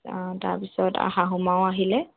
অঁ তাৰপিছত শাহুমাও আহিলে